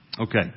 Okay